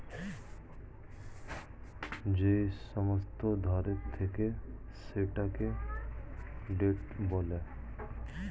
যেই সমস্ত ধার থাকে সেটাকে ডেট বলে